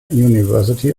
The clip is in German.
university